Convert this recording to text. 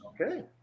okay